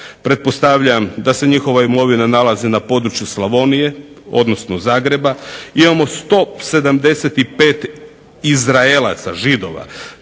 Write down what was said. Pretpostavljam da se njihova imovina nalazi na području Slavonije, odnosno Zagreba. Imamo 175 Izraelaca, Židova.